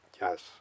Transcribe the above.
Yes